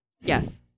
yes